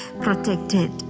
protected